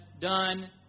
done